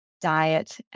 diet